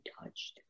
touched